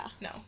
No